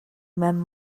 mewn